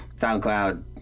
SoundCloud